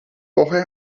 woche